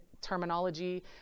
terminology